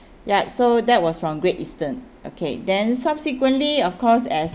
ya so that was from great eastern okay then subsequently of course as